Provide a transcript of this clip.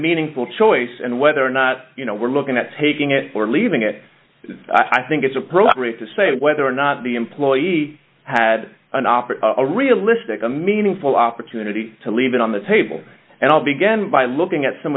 meaningful choice and whether or not you know we're looking at taking it or leaving it i think it's appropriate to say whether or not the employee had an offer of a realistic a meaningful opportunity to leave it on the table and i'll begin by looking at some